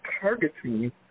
targeting